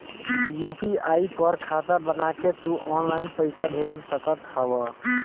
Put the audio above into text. UPI पर खाता बना के तू ऑनलाइन पईसा भेज सकत हवअ